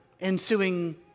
ensuing